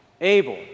Abel